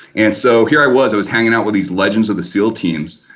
and so here i was, i was hanging out with these legends of the seal teams,